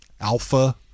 alpha